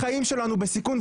החיים שלנו בסיכון,